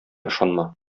ышанма